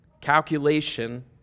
calculation